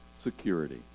security